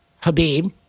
Habib